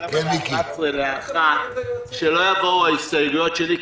10:45 ל-13:00 שלא יבואו ההסתייגויות שלי,